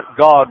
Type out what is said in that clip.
God